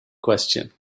question